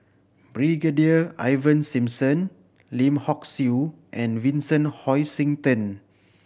Brigadier Ivan Simson Lim Hock Siew and Vincent Hoisington